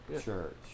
church